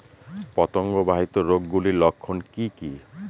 পতঙ্গ বাহিত রোগ গুলির লক্ষণ কি কি?